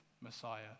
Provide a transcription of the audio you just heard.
Messiah